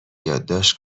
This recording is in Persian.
یادداشت